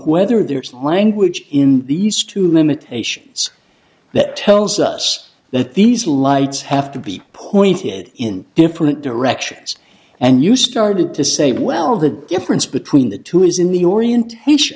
whether there is language in these two limitations that tells us that these lights have to be pointed in different directions and you started to say well the difference between the two is in the orient